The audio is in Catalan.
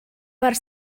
per